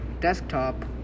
desktop